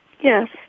Yes